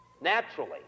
naturally